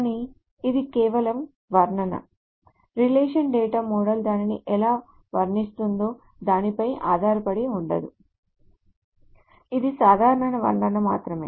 కానీ ఇది కేవలం వర్ణన రిలేషనల్ డేటా మోడల్ దానిని ఎలా వర్ణిస్తుందో దానిపై ఆధారపడి ఉండదు ఇది సాధారణ వర్ణన మాత్రమే